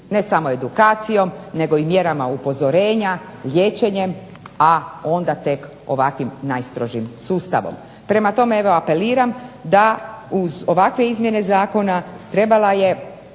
ne samo edukacijom nego i mjerama upozorenja, liječenjem, a onda tek ovakvim najstrožim sustavom. Prema tome evo apeliram da uz ovakve izmjene zakona trebala je